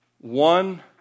one